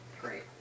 Great